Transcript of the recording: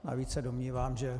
Navíc se domnívám, že